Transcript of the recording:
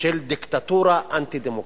של דיקטטורה אנטי-דמוקרטית.